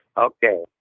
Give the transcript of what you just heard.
Okay